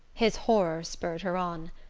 his horror spurred her on.